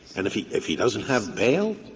and if he if he doesn't have bail,